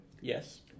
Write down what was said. Yes